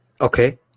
Okay